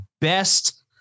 best